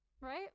Right